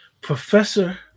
professor